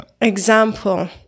Example